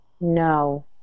no